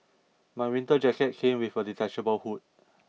my winter jacket came with a detachable hood